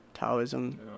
Taoism